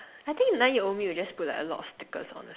I think nine year old me would just put like a lot of stickers honestly